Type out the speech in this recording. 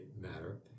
matter